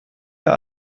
der